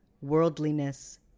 worldliness